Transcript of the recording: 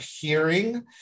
hearing